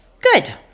Good